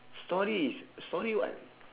storey is storey what